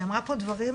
שהיא אמרה פה דברים,